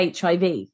HIV